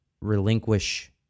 relinquish